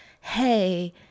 hey